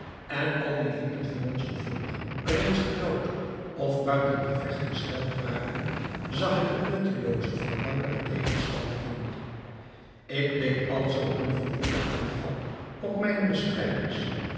en al de lieden van ons gevolg reeds gedood of buiten gevecht gesteld waren zag ik het nuttelooze van langeren tegenstand in ik deed alzoo een verwoeden aanval op mijne bestrijders